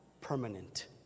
permanent